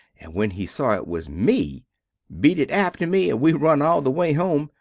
and when he saw it was me beat it after me and we run all the way home,